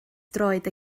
droed